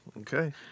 Okay